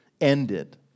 ended